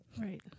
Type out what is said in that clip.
right